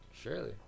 Surely